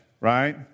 right